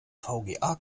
vga